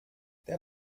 der